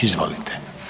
Izvolite.